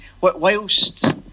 whilst